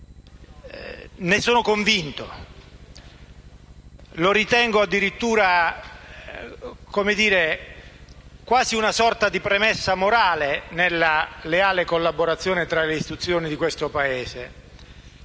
di ciò convinto e lo ritengo, addirittura, quasi una sorta di premessa morale nella leale collaborazione tra le istituzioni di questo Paese.